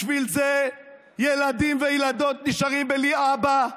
בשביל זה ילדים וילדות נשארים בלי אבא?